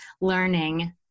learning